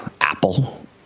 Apple